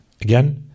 again